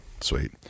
Sweet